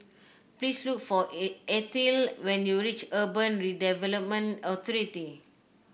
please look for Ethyle when you reach Urban Redevelopment Authority